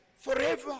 forever